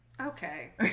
Okay